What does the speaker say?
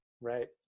right